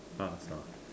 Arts ah